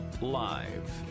Live